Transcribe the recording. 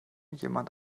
jemand